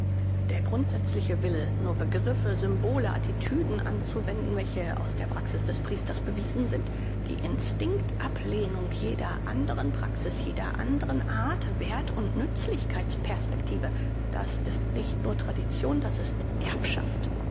der grundsätzliche wille nur begriffe symbole attitüden anzuwenden welche aus der praxis des priesters bewiesen sind die instinkt ablehnung jeder andren praxis jeder andren art werth und nützlichkeits perspektive das ist nicht nur tradition das ist erbschaft